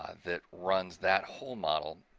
ah that runs that whole model,